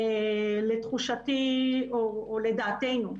לתחושתי או לדעתנו,